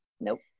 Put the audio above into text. Nope